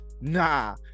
Nah